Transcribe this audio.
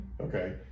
okay